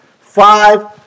five